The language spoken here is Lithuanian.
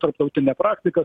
tarptautinę praktiką